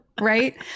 right